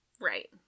Right